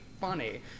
funny